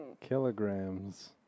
Kilograms